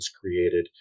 created